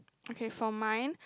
okay from mind